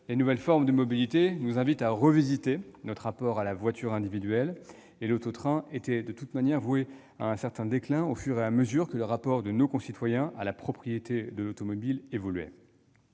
les nouvelles formes de mobilité nous invitent à revisiter notre rapport à la voiture individuelle, et l'auto-train était voué à un certain déclin au fur et à mesure que le rapport de nos concitoyens à la propriété de l'automobile évoluait.